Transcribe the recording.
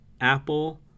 Apple